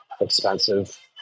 expensive